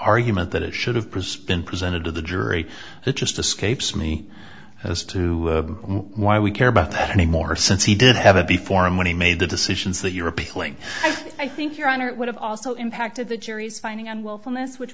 argument that it should have pressed been presented to the jury it just escapes me as to why we care about that anymore since he did have it before and when he made the decisions that you're appealing i think your honor would have also impacted the jury's finding on w